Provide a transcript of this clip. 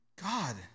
God